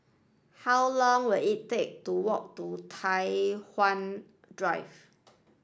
how long will it take to walk to Tai Hwan Drive